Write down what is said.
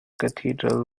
cathedral